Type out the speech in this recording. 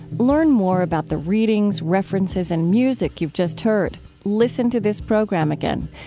learn more about the readings, references, and music you've just heard. listen to this program again.